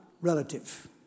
relative